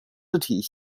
字体